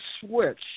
switch